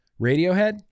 Radiohead